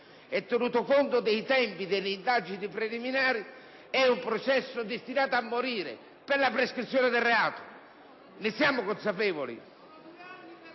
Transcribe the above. anche conto dei tempi delle indagini preliminari, è destinato a morire per la prescrizione del reato? Ne siamo consapevoli?